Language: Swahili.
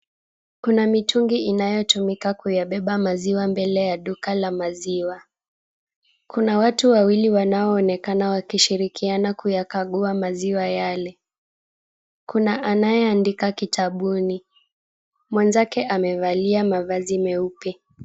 Kuna mitungi inayotumika kuyabeba maziwa mbele ya duka ya maziwa. Kuna watu wawili wanaonekana wakishirikiana kuyakagua maziwa yale. Kuna anayeandika kitabuni. Mwenzake amevalia mavazi meupe.